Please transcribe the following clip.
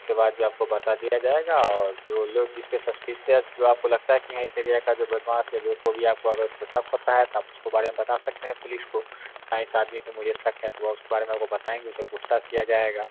उसके बाद जो आपको बता दिया जाएगा और जो लोग जिसपे सस्पीयस जो आपको लगता है कि नहीं इस एरिया का जो बदमाश है जो कोई भी आपको अगर उसपे शक़ होता है तो आप उसके बारे में बता सकते हैं पुलीस को हाँ इस आदमी पे मुझे शक़ है तो उस बारे में आप बताएँगे तो उससे पूछताछ किया जाएगा